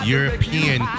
European